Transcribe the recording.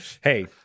Hey